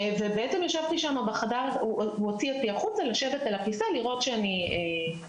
הוא הוציא אותי החוצה לשבת על הכיסא לראות שאני בסדר.